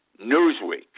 Newsweek